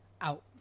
out